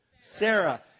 Sarah